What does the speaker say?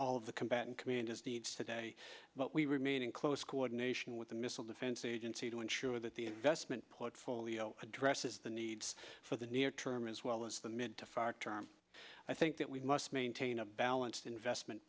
all of the combatant commanders needs today but we remain in close coordination with the missile defense agency to ensure that the investment portfolio addresses the needs for the near term as well as the mid term i think that we must maintain a balanced investment